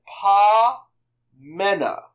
Pa-mena